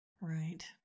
right